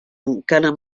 encara